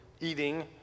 eating